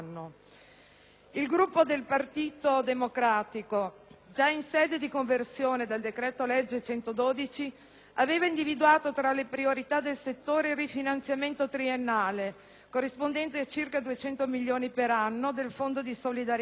Il Gruppo del Partito Democratico, già in sede di conversione del decreto-legge n. 112 del 2008, aveva individuato tra le priorità del settore il rifinanziamento triennale (corrispondente a circa 200 milioni per anno) del Fondo di solidarietà,